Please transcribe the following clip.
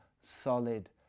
solid